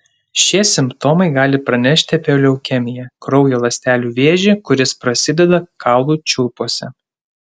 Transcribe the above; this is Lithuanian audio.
šie simptomai gali pranešti apie leukemiją kraujo ląstelių vėžį kuris prasideda kaulų čiulpuose